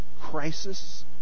crisis